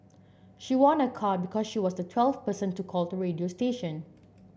she won a car because she was the twelfth person to call the radio station